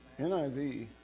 NIV